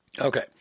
Okay